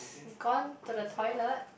gone to the toilet